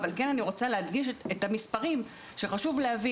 אבל אני כן רוצה להדגיש את המספרים: חשוב להבין